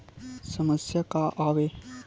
समस्या का आवे?